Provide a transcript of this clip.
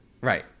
Right